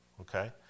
okay